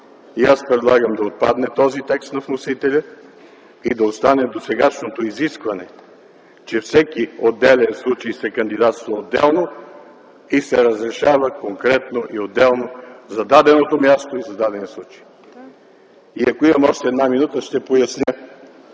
Предлагам този текст на вносителя да отпадне и да остане досегашното изискване, че за всеки отделен случай се кандидатства отделно и се разрешава конкретно и отделно за даденото място и за дадения случай. Ако имам още една минута, ще поясня.